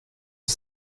att